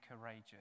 courageous